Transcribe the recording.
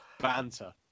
Banter